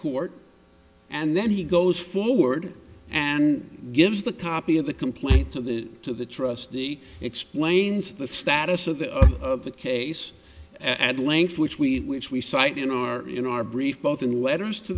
court and then he goes forward and gives the copy of the complaint to the to the trustee explains the status of the of the case at length which we which we cite in our you know our brief both in letters to